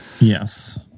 Yes